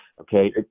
okay